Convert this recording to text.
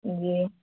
جی